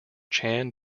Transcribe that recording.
chan